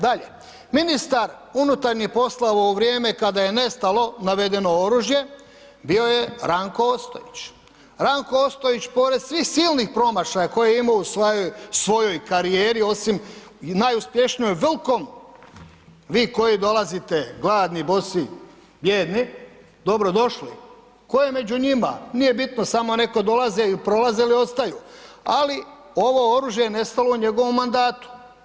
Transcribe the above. Dalje, ministar unutarnjih poslova u vrijeme kada je nestalo navedeno oružje bio je Ranko Ostojić, Ranko Ostojić pored svih silnih promašaja koje je imao u svojoj karijeri, osim najuspješnijoj Velkom, vi koji dolazite gladni, bosi, bijedni, dobro došli, tko je među njima, nije bitno samo neka dolaze, prolaze ili ostaju, ali ovo oružje je nestalo u njegovom mandatu.